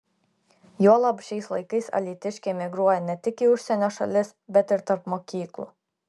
juolab šiais laikais alytiškiai migruoja ne tik į užsienio šalis bet ir tarp mokyklų